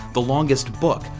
the longest book,